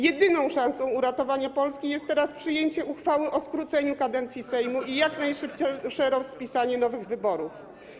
Jedyną szansą uratowania Polski jest teraz przyjęcie uchwały o skróceniu kadencji Sejmu i jak najszybsze rozpisanie nowych wyborów.